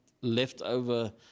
leftover